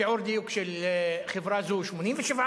שיעור דיוק של חברה זאת 87%,